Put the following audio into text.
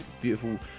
beautiful